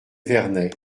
vernay